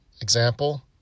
Example